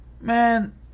Man